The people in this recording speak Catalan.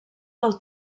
del